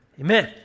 amen